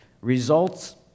results